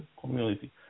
community